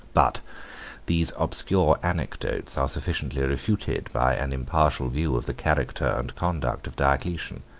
but these obscure anecdotes are sufficiently refuted by an impartial view of the character and conduct of diocletian.